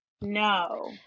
No